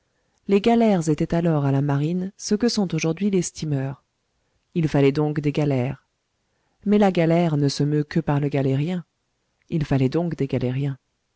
les galères étaient alors à la marine ce que sont aujourd'hui les steamers il fallait donc des galères mais la galère ne se meut que par le galérien il fallait donc des galériens